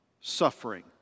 suffering